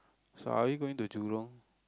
so are we going to Jurong